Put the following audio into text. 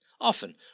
Often